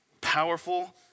powerful